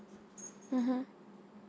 mmhmm